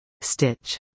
Stitch